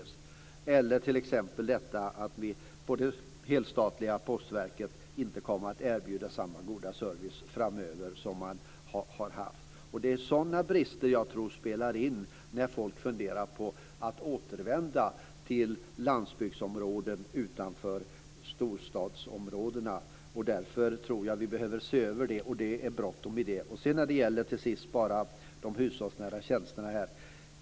Det gäller t.ex. också detta att det helstatliga Postverket inte kommer att erbjuda samma goda service framöver som man har haft. Det är sådana brister som jag tror spelar in när folk funderar på att återvända till landsbygdsområden utanför storstadsområdena. Därför tror jag att vi behöver se över det, och det är bråttom. Till sist bara de hushållsnära tjänsterna.